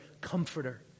comforter